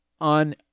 on